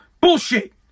Bullshit